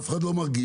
אף אחד לא מרגיש,